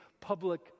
public